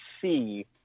see